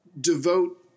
devote